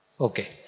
Okay